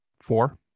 Four